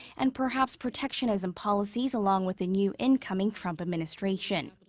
and perhaps protectionism policies along with the new incoming trump administration.